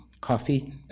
coffee